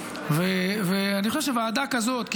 אני חושב שוועדה כזאת,